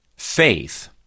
Faith